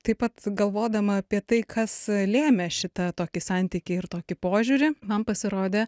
taip pat galvodama apie tai kas lėmė šitą tokį santykį ir tokį požiūrį man pasirodė